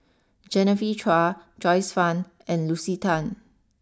Genevieve Chua Joyce Fan and Lucy Tan